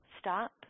stop